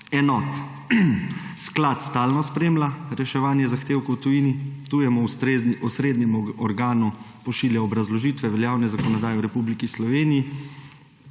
enot. Sklad stalno spremlja reševanje zahtevkov v tujini, tujemu osrednjemu organu pošilja obrazložitve veljavne zakonodaje v Republiki Sloveniji,